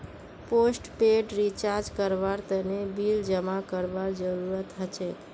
postpaid recharge करवार तने bill जमा करवार जरूरत हछेक